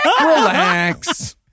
Relax